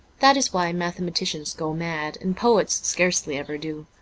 that is why mathematicians go mad, and poets scarcely ever do.